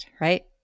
right